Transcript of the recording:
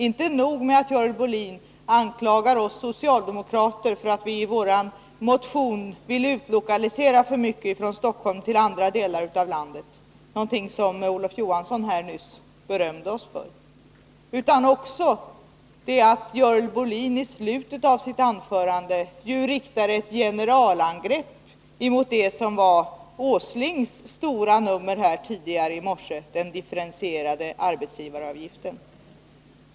Inte nog med att hon anklagar oss socialdemokrater för att vi i vår motion vill utlokalisera för mycket från Stockholm till andra delar av landet —- någonting som Olof Johansson däremot nyss berömde oss för — utan i slutet av sitt anförande riktar hon dessutom ett generalangrepp mot det som var Nils Åslings stora nummer här tidigare i dag — den differentierade arbetsgivaravgiften.